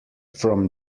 from